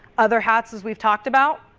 other hats as we have talked about,